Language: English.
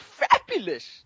fabulous